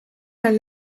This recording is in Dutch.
zijn